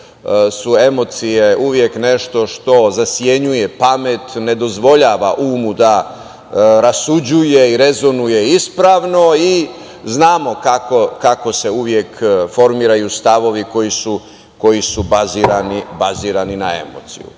su emocije uvek nešto što zasenjuje pamet, ne dozvoljava umu da rasuđuje i rezonuje ispravno. Znamo kako se uvek formiraju stavovi koji su bazirani na emociju. Kada